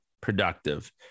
productive